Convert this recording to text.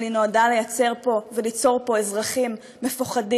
אבל היא נועדה לייצר פה וליצור פה אזרחים מפוחדים,